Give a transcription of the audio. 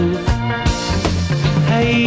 Hey